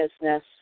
business